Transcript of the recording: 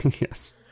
Yes